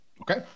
Okay